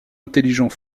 intelligent